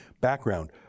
Background